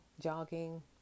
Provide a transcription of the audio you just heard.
jogging